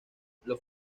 los